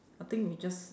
I think we just